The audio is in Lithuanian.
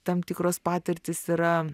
tam tikros patirtys yra